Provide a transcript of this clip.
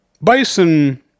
bison